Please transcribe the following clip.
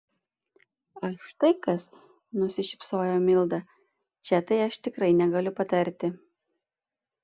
ach štai kas nusišypsojo milda čia tai aš tikrai negaliu patarti